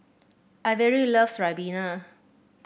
Averi loves Ribena